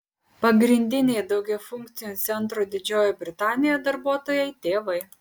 pagrindiniai daugiafunkcių centrų didžiojoje britanijoje darbuotojai tėvai